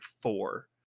four